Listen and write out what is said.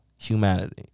humanity